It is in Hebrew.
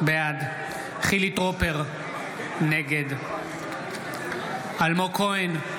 בעד חילי טרופר, נגד אלמוג כהן,